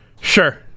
Sure